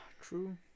true